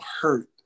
hurt